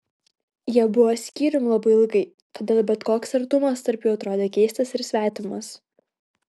jie buvo skyrium labai ilgai todėl bet koks artumas tarp jų atrodė keistas ir svetimas